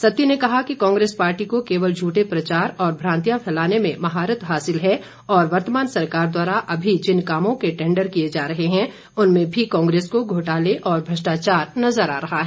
सत्ती ने कहा कि कांग्रेस पार्टी को केवल झूठे प्रचार और भ्रातियां फैलाने में महारत हासिल है और वर्तमान सरकार द्वारा अभी जिन कामों के टैंडर किए जा रहे हैं उनमें भी कांग्रेस को घोटाले और भ्रष्टाचार नजर आ रहा है